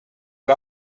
you